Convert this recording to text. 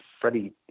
Freddie